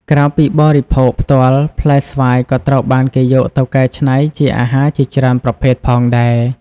ក្រៅពីបរិភោគផ្ទាល់ ផ្លែស្វាយក៏ត្រូវបានគេយកទៅកែច្នៃជាអាហារជាច្រើនប្រភេទផងដែរ។